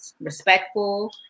respectful